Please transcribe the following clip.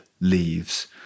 leaves